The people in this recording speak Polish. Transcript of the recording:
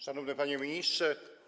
Szanowny Panie Ministrze!